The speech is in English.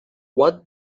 what